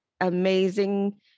amazing